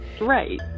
right